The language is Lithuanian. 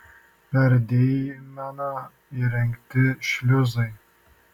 per deimeną įrengti šliuzai